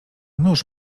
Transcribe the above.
nuż